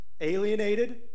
alienated